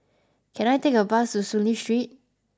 can I take a bus to Soon Lee Street